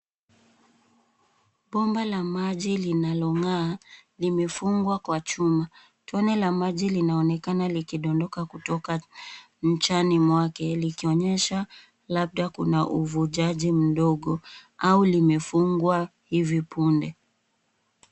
Bomba la maji linalo ngaa, limefungwa kwa chuma. Tone la maji linaonekana likidondoka kutoka mchani mwake likionyesha labda Kuna uvujaji mdogo ,au limefungwa hivi punde.